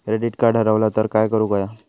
Credit card हरवला तर काय करुक होया?